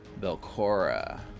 Belcora